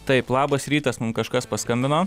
taip labas rytas mum kažkas paskambino